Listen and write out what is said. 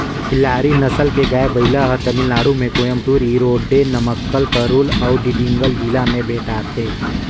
खिल्लार नसल के गाय, बइला हर तमिलनाडु में कोयम्बटूर, इरोडे, नमक्कल, करूल अउ डिंडिगल जिला में भेंटाथे